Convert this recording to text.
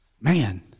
man